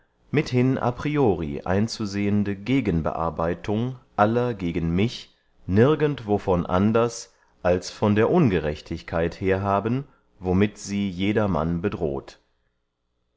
mithin a priori einzusehende gegenbearbeitung aller gegen mich nirgend wovon anders als von der ungerechtigkeit her haben womit sie jedermann bedroht